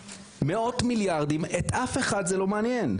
מאות מיליארדים את אף אחד זה לא מעניין.